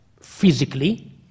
physically